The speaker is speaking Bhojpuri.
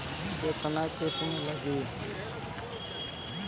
केतना किस्त लागी?